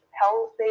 healthy